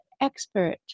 expert